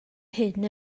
hyn